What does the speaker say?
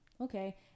Okay